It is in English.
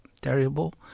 terrible